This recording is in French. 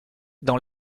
dans